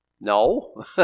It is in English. No